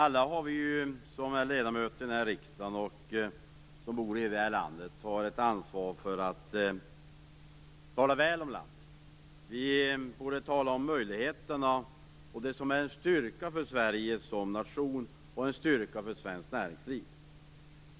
Fru talman! Alla vi ledamöter i riksdagen och alla som bor i det här landet har ett ansvar för att tala väl om landet. Vi borde tala om möjligheterna och det som är en styrka för Sverige som nation och en styrka för svenskt näringsliv.